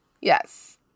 Yes